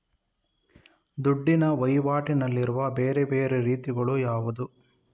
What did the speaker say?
ದುಡ್ಡಿನ ವಹಿವಾಟಿನಲ್ಲಿರುವ ಬೇರೆ ಬೇರೆ ರೀತಿಗಳು ಯಾವುದು?